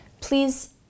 please